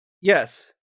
Yes